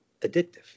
addictive